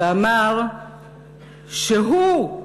ואמר שהוא,